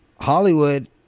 Hollywood